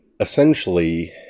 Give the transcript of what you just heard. essentially